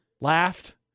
laughed